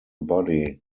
body